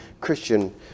Christian